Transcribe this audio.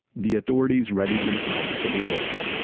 the authorities readied themselves for the worst.